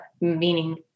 meaning